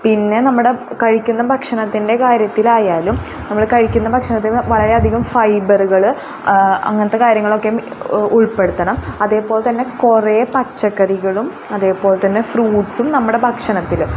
പിന്നെ നമ്മുടെ കഴിക്കുന്ന ഭക്ഷണത്തിൻ്റെ കാര്യത്തിലായാലും നമ്മൾ കഴിക്കുന്ന ഭക്ഷണത്തിൽ വളരെ അധികം ഫൈബറുകൾ അങ്ങനത്തെ കാര്യങ്ങളൊക്കെയും ഉൾപ്പെടുത്തണം അതേപോലെ തന്നെ കുറേ പച്ചക്കറികളും അതേപോലെ തന്നെ ഫ്രൂട്ട്സും നമ്മുടെ ഭക്ഷണത്തിൽ